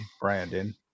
Brandon